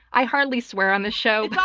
i hardly swear on the show,